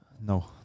No